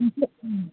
नोंसोरनो